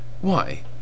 Why